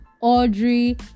audrey